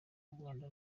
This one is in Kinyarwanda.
rwanda